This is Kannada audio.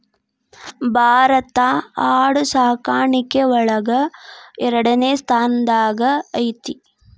ಭಾರತಾ ಆಡು ಸಾಕಾಣಿಕೆ ಒಳಗ ಎರಡನೆ ಸ್ತಾನದಾಗ ಐತಿ